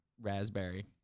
raspberry